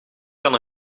kan